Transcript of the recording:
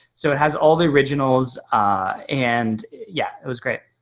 so it has all the originals and yeah, it was great.